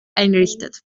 errichtet